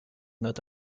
not